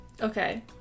okay